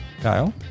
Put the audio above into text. Kyle